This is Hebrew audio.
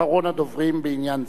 אחרון הדוברים בעניין זה.